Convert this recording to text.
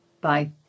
Bye